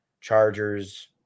Chargers